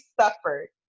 suffered